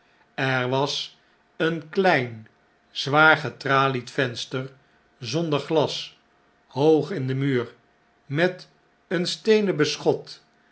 er was een klein zwaar getralied venster zonder glas hoog in den muur met een steenen beschot